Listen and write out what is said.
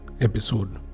episode